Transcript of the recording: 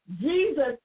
Jesus